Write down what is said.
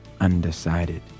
undecided